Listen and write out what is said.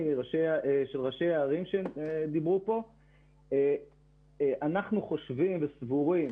ראשי הערים שדיברו אנחנו חושבים וסבורים